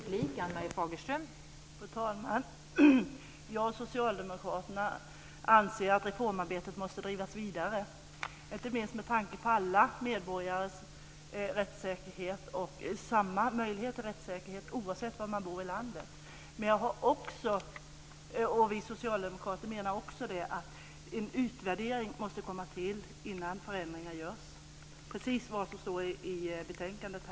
Fru talman! Jag och socialdemokraterna anser att reformarbetet måste drivas vidare, inte minst med tanke på alla medborgares lika möjligheter till rättssäkerhet, oavsett var i landet man bor. Vi socialdemokrater menar också att en utvärdering måste komma till innan förändringar görs, och det är precis vad som står i betänkandet.